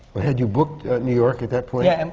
well, had you booked new york at that point? yeah.